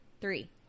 Three